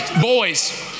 Boys